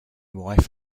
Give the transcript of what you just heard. wife